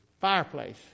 fireplace